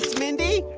mindy.